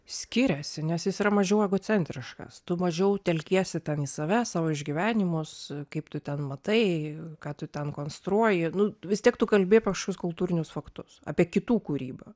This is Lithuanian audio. skiriasi nes jis yra mažiau egocentriškas tu mažiau telkiesi ten į save savo išgyvenimus kaip tu ten matai ką tu ten konstruoji nu vis tiek tu kalbi apie košius kultūrinius faktus apie kitų kūrybą